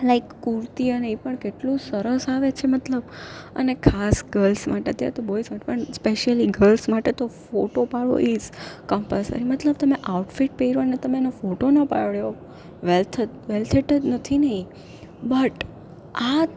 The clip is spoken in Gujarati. લાઇક કુર્તી અને એ પણ કેટલું સરસ આવે છે મતલબ અને ખાસ ગલ્સ માટે ત્યાં તો બોઇસ હોય પણ સ્પેશીયલી ગલ્સ માટે તો ફોટો પાડવો ઈઝ કંપલસરી મતલબ તમે આઉટફિટ પહેરો અને તમે એનો ફોટો ન પાડ્યો વેલ્થ જ વેલ્થટજ નથીને એ બટ આ